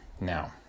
Now